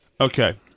okay